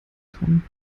kommen